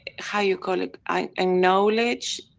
how you call it. i, a knowledge,